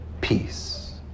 Peace